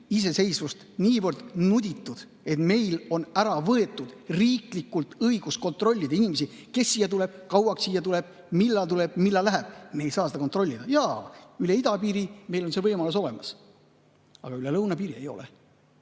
iseseisvust niivõrd nuditud, et meilt on ära võetud riiklik õigus kontrollida inimesi, kes siia tulevad, kauaks nad siia tulevad, millal tulevad, millal lähevad. Me ei saa seda kontrollida. Jaa, idapiiril on meil see võimalus olemas, aga lõunapiiril ei ole.